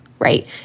right